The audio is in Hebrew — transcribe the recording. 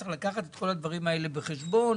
צריך לקחת את כל הדברים האלה בחשבון,